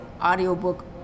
audiobook